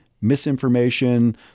misinformation